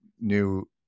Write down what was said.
new